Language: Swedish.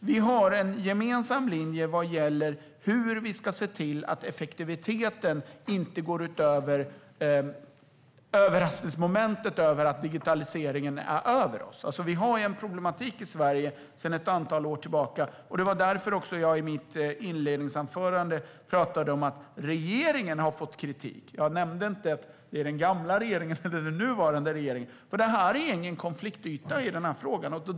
Vi har en gemensam linje för hur vi ska se till att effektiviteten inte drabbas av överraskningsmomentet att digitaliseringen är över oss. Vi har ju en problematik i Sverige sedan ett antal år tillbaka, och det var därför jag i mitt inledningsanförande talade om att regeringen har fått kritik. Jag sa inte om det var den gamla regeringen eller nuvarande regering, för det finns ingen konfliktyta i denna fråga.